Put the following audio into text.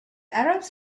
arabs